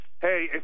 Hey